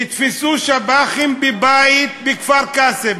נתפסו שב"חים בבית בכפר-קאסם,